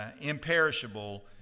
imperishable